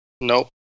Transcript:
Nope